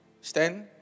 Stan